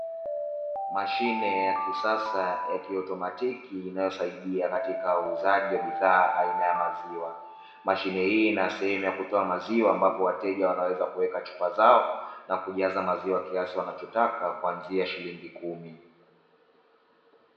Mashine ya kisasa ya kiautomatiki inayosaidia katika uuzaji wa bidhaa aina ya maziwa. Mashine hii ina sehemu ya kutoa maziwa ambapo wateja wanaweza kuweka chupa zao, na kujaza maziwa kiasi wanachotaka kuanzia shilingi kumi.